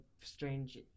strange